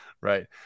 right